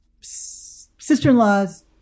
sister-in-law's